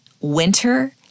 Winter